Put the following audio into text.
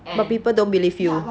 but people don't believe you